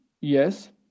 yes